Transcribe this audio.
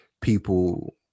people